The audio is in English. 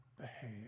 behave